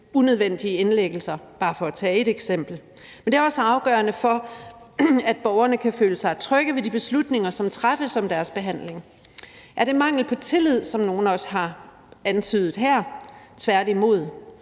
unødvendige indlæggelser – bare for at tage ét eksempel. Men det er også afgørende for, at borgerne kan føle sig trygge ved de beslutninger, som træffes om deres behandling. Kl. 15:28 Er det mangel på tillid, som nogle også har antydet her? Tværtimod.